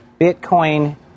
Bitcoin